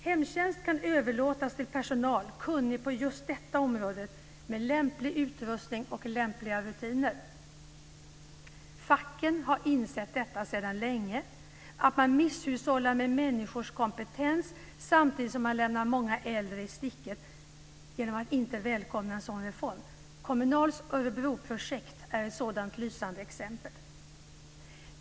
Hemtjänst kan överlåtas till personal som är kunnig på just detta område, med lämplig utrustning och lämpliga rutiner. Facken har insett detta sedan länge. Man misshushållar med människors kompetens, samtidigt som man lämnar många äldre i sticket genom att inte välkomna en sådan reform. Kommunals Örebroprojket är ett sådant lysande exempel.